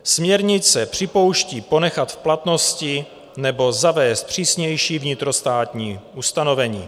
Směrnice připouští ponechat v platnosti nebo zavést přísnější vnitrostátní ustanovení.